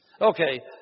Okay